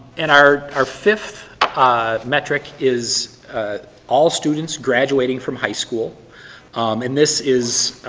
and our our fifth metric is all students graduating from high school and this is,